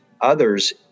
others